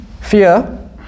Fear